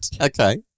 Okay